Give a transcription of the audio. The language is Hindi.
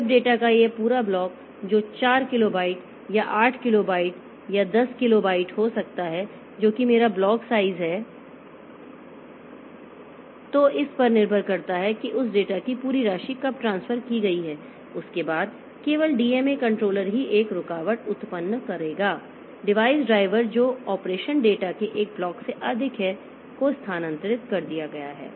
जब डेटा का यह पूरा ब्लॉक जो 4 किलोबाइट या 8 किलोबाइट या 10 किलोबाइट हो सकता है जो कि मेरा ब्लॉक साइज है तो इस पर निर्भर करता है कि उस डेटा की पूरी राशि कब ट्रांसफर की गई है उसके बाद केवल डीएमए कंट्रोलर ही एक रुकावट उत्पन्न करेगा डिवाइस ड्राइवर जो ऑपरेशन डेटा के एक ब्लॉक से अधिक है को स्थानांतरित कर दिया गया है